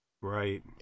Right